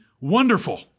Wonderful